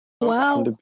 Wow